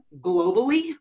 globally